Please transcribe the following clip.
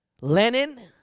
lenin